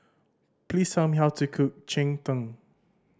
please tell me how to cook cheng tng